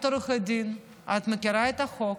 את עורכת דין, את מכירה את החוק,